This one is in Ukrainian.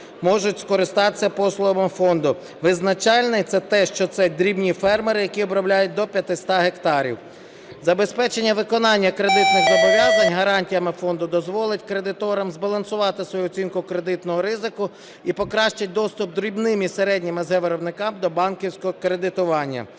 можуть скористатися послугами фонду. Визначальне – це те, що дрібні фермери, які обробляють до 500 гектарів. Забезпечення виконання кредитних зобов'язань гарантіями фонду дозволить кредиторам збалансувати свою оцінку кредитного ризику і покращити доступ дрібним і середнім с/г виробникам до банківського кредитування.